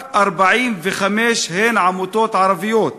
רק 45 הן עמותות ערביות,